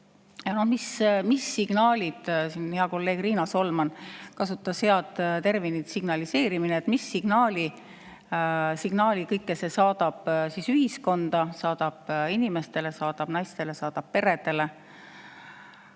mis signaali – siin hea kolleeg Riina Solman kasutas head terminit "signaliseerimine" – see saadab ühiskonda, saadab inimestele, saadab naistele, saadab peredele?